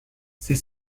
ses